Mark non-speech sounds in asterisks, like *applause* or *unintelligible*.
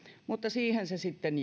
mutta siihen se sitten *unintelligible*